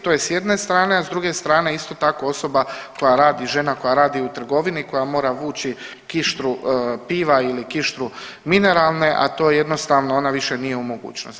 To je s jedne strane, a s druge strane isto tako osoba koja radi, žena koja radi u trgovini, koja mora vući kištru piva ili kištru mineralne, a to jednostavno ona više nije u mogućnosti.